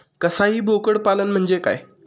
कसाई बोकड पालन म्हणजे काय?